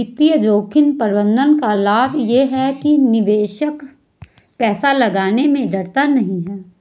वित्तीय जोखिम प्रबंधन का लाभ ये है कि निवेशक पैसा लगाने में डरता नहीं है